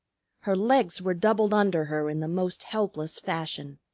her legs were doubled under her in the most helpless fashion.